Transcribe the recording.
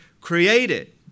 created